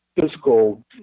physical